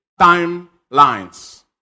timelines